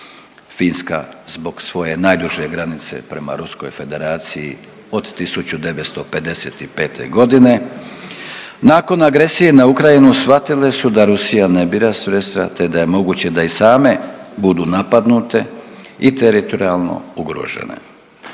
Finska zbog svoje najduže granice prema Ruskoj Federaciji od 1955. godine. Nakon agresiju na Ukrajinu shvatile su da Rusija ne bira sredstva te da je moguće da i same budu napadnute i teritorijalno ugrožene